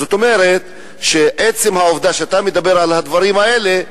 זאת אומרת, עצם העובדה שאתה מדבר על הדברים האלה,